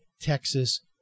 Texas